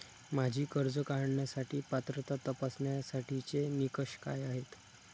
माझी कर्ज काढण्यासाठी पात्रता तपासण्यासाठीचे निकष काय आहेत?